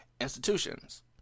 institutions